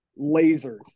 lasers